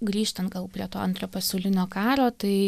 grįžtan gal prie to antro pasaulinio karo tai